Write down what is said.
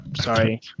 Sorry